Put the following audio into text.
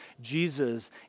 Jesus